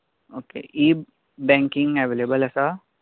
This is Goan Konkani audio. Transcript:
ओके इ बेंकींग अवॅलेबल आसा